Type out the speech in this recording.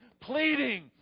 pleading